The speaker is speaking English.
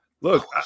look